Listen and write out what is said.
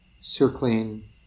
circling